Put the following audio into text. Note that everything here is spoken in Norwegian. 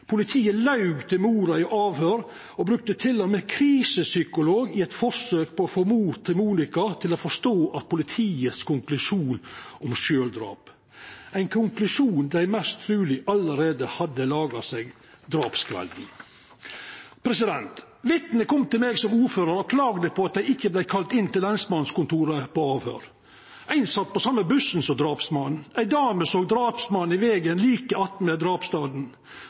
Politiet laug til mora i avhøyr og brukte til og med krisepsykolog i eit forsøk på å få mor til Monika til å forstå politiets konklusjon om sjølvdrap, ein konklusjon dei mest truleg hadde laga seg allereie drapskvelden. Vitne kom til meg som ordførar og klaga på at dei ikkje vart kalla inn på lensmannskontoret til avhøyr. Ein sat på same bussen som drapsmannen. Ei dame såg drapsmannen i vegen like